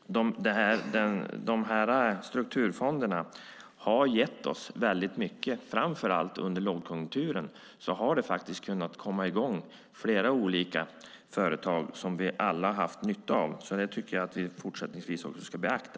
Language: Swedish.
Strukturfonderna har gett oss väldigt mycket. Framför allt under lågkonjunkturen har det kunnat komma i gång flera företag som vi alla har haft nytta av. Det tycker jag att vi fortsättningsvis också ska beakta.